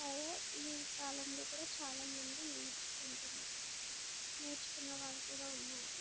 అవి ఈ కాలంలో కూడా చాలామంది నేర్చుకుంటున్నారు నేర్చుకున్న వాళ్ళు కూడా ఉన్నారు